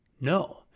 No